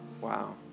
Wow